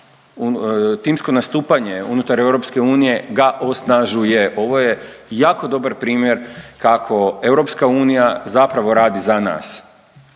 timsko nastupanje unutar EU ga osnažuje. Ovo je jako dobar primjer kako EU zapravo radi za nas